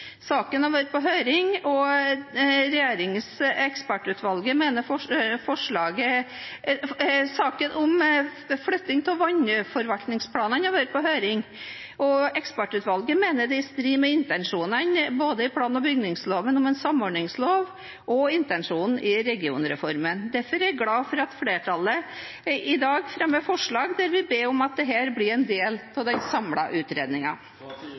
Saken om flytting av vannforvaltningsplanene har vært på høring, og ekspertutvalget mener det er i strid med intensjonene både i plan- og bygningsloven som en samordningslov, og med intensjonene i regionreformen. Derfor er jeg glad for at flertallet i dag fremmer forslag der vi ber om at dette blir en del av den